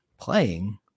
playing